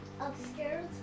upstairs